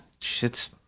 Shit's